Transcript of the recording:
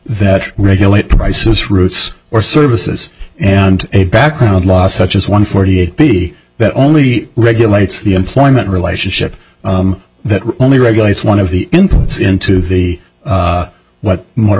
that regulate prices routes or services and a background law such as one forty eight b that only regulates the employment relationship that only regulates one of the inputs into the what more